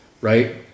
right